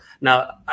Now